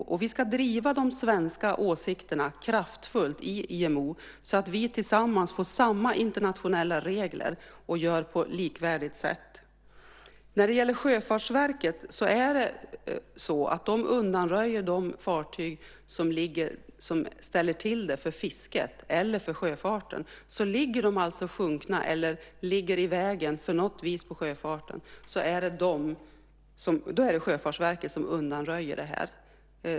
Vi ska kraftfullt driva de svenska åsikterna i IMO så att vi tillsammans får samma internationella regler och gör på ett likvärdigt sätt. Sjöfartsverket undanröjer fartyg som ställer till det för fisket eller för sjöfarten. Ligger fartygen sjunkna eller om de på något vis är i vägen för sjöfarten är det alltså Sjöfartsverket som undanröjer fartygen.